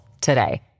today